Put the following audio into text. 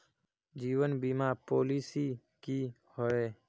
जीवन बीमा पॉलिसी की होय?